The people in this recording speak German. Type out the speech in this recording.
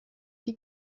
die